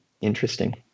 Interesting